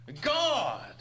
God